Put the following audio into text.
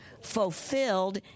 Fulfilled